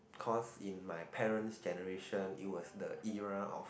cause in my parents generations it was the era of